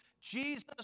Jesus